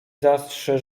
zastrze